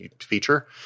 feature